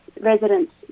residents